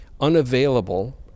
unavailable